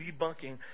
debunking